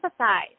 empathize